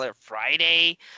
Friday